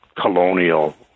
colonial